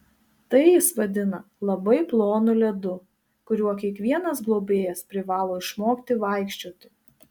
tai jis vadina labai plonu ledu kuriuo kiekvienas globėjas privalo išmokti vaikščioti